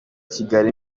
kigali